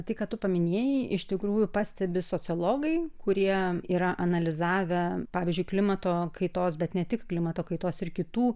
tai ką tu minėjai iš tikrųjų pastebi sociologai kurie yra analizavę pavyzdžiui klimato kaitos bet ne tik klimato kaitos ir kitų